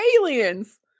aliens